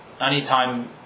anytime